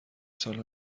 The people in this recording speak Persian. سال